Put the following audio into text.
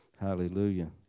Hallelujah